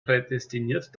prädestiniert